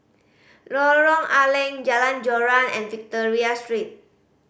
Lorong A Leng Jalan Joran and Victoria Street